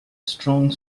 strong